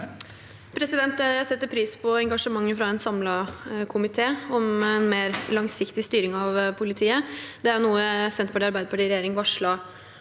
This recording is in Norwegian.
Jeg setter pris på engasjementet fra en samlet komité om en mer langsiktig styring av politiet. Det er noe Senterpartiet og Arbeiderpartiet i